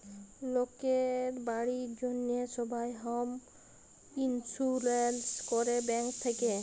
লকের বাড়ির জ্যনহে সবাই হম ইলসুরেলস ক্যরে ব্যাংক থ্যাকে